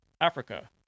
Africa